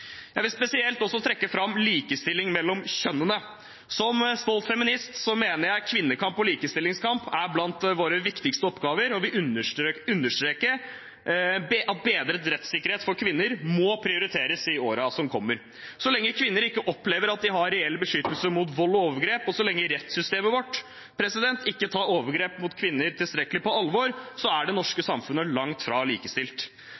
Jeg vil også spesielt trekke fram likestilling mellom kjønnene. Som stolt feminist mener jeg kvinnekamp og likestillingskamp er blant våre viktigste oppgaver, og jeg vil understreke at bedret rettssikkerhet for kvinner må prioriteres i årene som kommer. Så lenge kvinner ikke opplever at de har reell beskyttelse mot vold og overgrep, og så lenge rettssystemet vårt ikke tar overgrep mot kvinner tilstrekkelig på alvor, er det norske samfunnet langt fra likestilt.